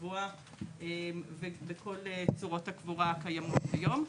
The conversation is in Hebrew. מ"ר בכל צורות הקבורה הקיימות כיום.